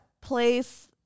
place